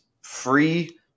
free